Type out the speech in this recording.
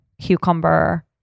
cucumber